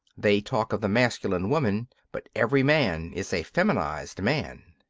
they talk of the masculine woman but every man is a feminised man.